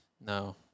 No